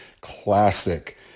classic